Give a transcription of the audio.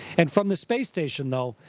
and from the space station, though,